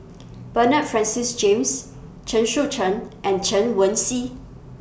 Bernard Francis James Chen Shucheng and Chen Wen Xi